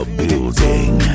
building